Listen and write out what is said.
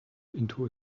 into